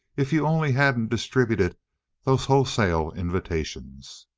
if you only hadn't distributed those wholesale invitations!